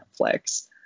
Netflix